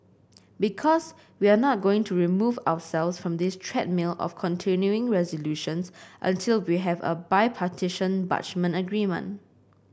because we're not going to remove ourselves from this treadmill of continuing resolutions until we have a bipartisan budget agreement